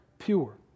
pure